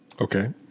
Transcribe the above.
okay